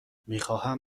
میخواهم